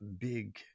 big